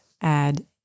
add